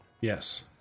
Yes